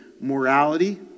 morality